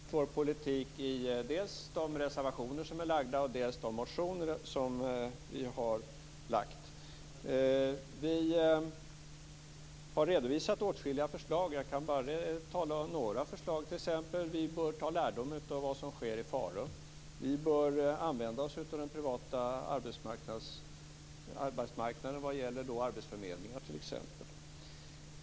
Fru talman! Vi har redovisat vår politik dels i våra reservationer, dels i de motioner som vi har väckt. Vi har redovisat åtskilliga förslag. Jag kan bara tala om några. Vi bör t.ex. ta lärdom av vad som sker i Farum. Vi bör använda oss av den privata arbetsmarknaden vad gäller arbetsförmedlingar t.ex.